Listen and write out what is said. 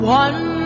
one